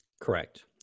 Correct